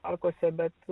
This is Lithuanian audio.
arkose bet